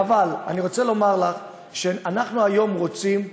אבל אני רוצה לומר לך שאנחנו היום רוצים להיעזר,